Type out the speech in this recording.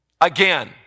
Again